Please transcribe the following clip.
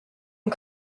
and